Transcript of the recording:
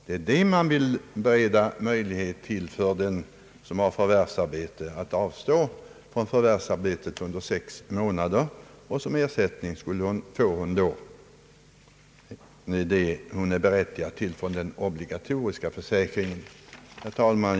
Den som har förvärvsarbete vill man bereda möjlighet att avstå från förvärvsarbetet under sex månader, och som ersättning får hon då det hon är berättigad till från den obligatoriska försäkringen. Herr talman!